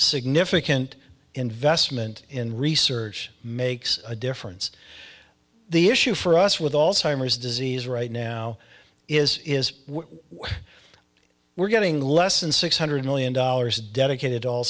significant investment in research makes a difference the issue for us with all timers disease right now is is we're getting less than six hundred million dollars dedicated all